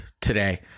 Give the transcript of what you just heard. today